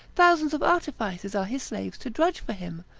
thousands of artificers are his slaves to drudge for him,